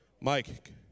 Mike